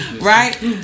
Right